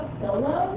solo